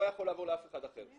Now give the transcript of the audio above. לא היה יכול לעבור לאף אחד אחר.